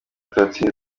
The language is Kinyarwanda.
turatsinze